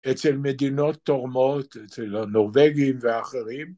‫אצל מדינות תורמות, ‫אצל הנורבגים ואחרים.